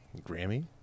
Grammy